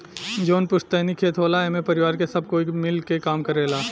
जवन पुस्तैनी खेत होला एमे परिवार के सब कोई मिल के काम करेला